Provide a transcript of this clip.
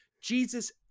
Jesus